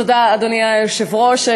אדוני היושב-ראש,